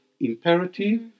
imperative